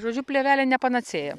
žodžiu plėvelė ne panacėja